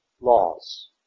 laws